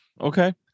Okay